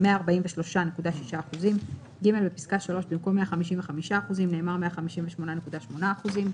"143.6%"; בפסקה (3), במקום "155%" נאמר "158.8%".